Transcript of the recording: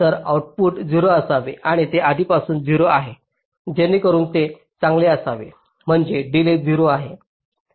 तर आउटपुट 0 असावे आणि ते आधीपासूनच 0 आहे जेणेकरून ते चांगले असावे म्हणजे डिलेज 0 आहे